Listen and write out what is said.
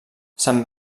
sant